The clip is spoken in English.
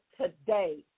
today